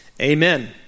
Amen